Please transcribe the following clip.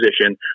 position